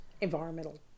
environmental